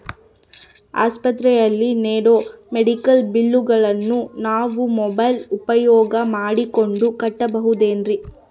ಆಸ್ಪತ್ರೆಯಲ್ಲಿ ನೇಡೋ ಮೆಡಿಕಲ್ ಬಿಲ್ಲುಗಳನ್ನು ನಾವು ಮೋಬ್ಯೆಲ್ ಉಪಯೋಗ ಮಾಡಿಕೊಂಡು ಕಟ್ಟಬಹುದೇನ್ರಿ?